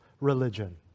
religion